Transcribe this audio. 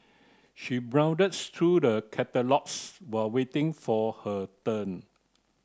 she browsed through the catalogues while waiting for her turn